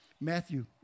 Matthew